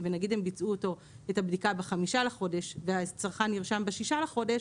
ונגיד הם ביצעו את הבדיקה ב-5 בחודש והצרכן נרשם ב-6 בחודש,